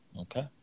Okay